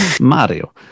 Mario